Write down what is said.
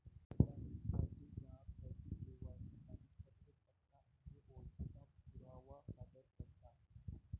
पडताळणीसाठी ग्राहक त्यांची के.वाय.सी कागदपत्रे, पत्ता आणि ओळखीचा पुरावा सादर करतात